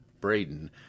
Braden